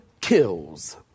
kills